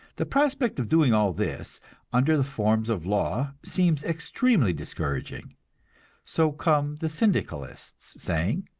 the prospect of doing all this under the forms of law seems extremely discouraging so come the syndicalists, saying,